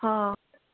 ହଁ